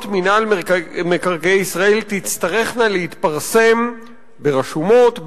מינהל מקרקעי ישראל תצטרכנה להתפרסם ברשומות,